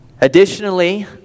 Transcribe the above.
Additionally